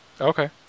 Okay